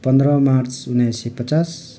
पन्ध्र मार्च उन्नाइस सय पचास